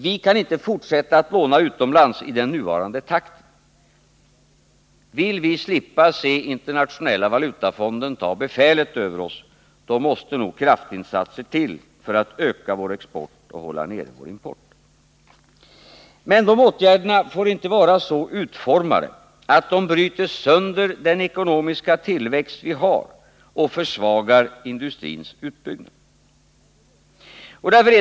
Vi kan inte fortsätta att låna utomlands i den nuvarande takten. Vill vi slippa se Internationella valutafonden ta befälet över oss, måste kraftinsatser till för att öka vår export och hålla nere vår import. Men de åtgärderna får inte vara så utformade, att de bryter sönder den ekonomiska tillväxt vi har och försvagar industrins utbyggnad.